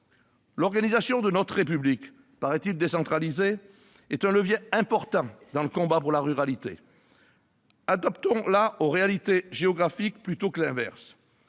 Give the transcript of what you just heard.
L'organisation de notre République- décentralisée, paraît-il ! -est un levier important dans le combat pour la ruralité. Adaptons-la aux réalités géographiques, plutôt que l'inverse